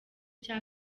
cya